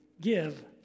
give